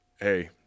hey